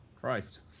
Christ